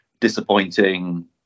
disappointing